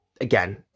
again